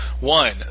One